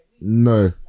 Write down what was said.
no